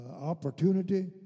opportunity